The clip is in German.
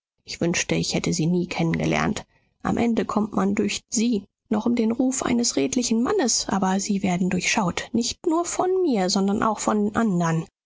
ich wünschte ich hätte sie nie kennen gelernt am ende kommt man durch sie noch um den ruf eines redlichen mannes aber sie werden durchschaut nicht nur von mir sondern auch von andern